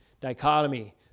dichotomy